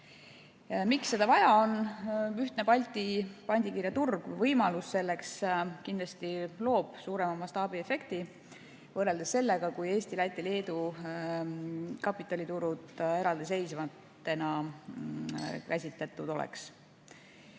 Miks seda vaja on? Ühtne Balti pandikirjaturg, võimalus selleks kindlasti loob suurema mastaabiefekti võrreldes sellega, kui Eesti, Läti ja Leedu kapitaliturud oleks käsitletud